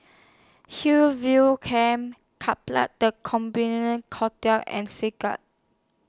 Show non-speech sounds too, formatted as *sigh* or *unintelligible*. Hillview Camp *unintelligible* Hotel and Segar